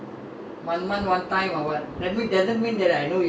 then you know just now you say my father like to collect a lot of junk and keep